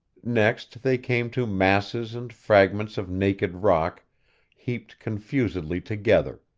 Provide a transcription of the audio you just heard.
next, they came to masses and fragments of naked rock heaped confusedly together,